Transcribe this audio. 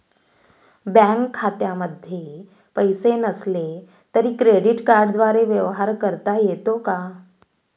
Bank खात्यामध्ये पैसे नसले तरी क्रेडिट कार्डद्वारे व्यवहार करता येतो का?